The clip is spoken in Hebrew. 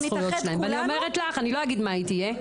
אנחנו נתאחד כולנו --- אני לא אגיד מה היא תהיה.